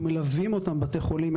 אנחנו מלווים אותם בבתי חולים.